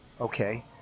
Okay